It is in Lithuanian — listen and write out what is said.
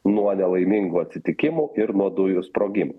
nuo nelaimingų atsitikimų ir nuo dujų sprogimų